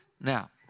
Now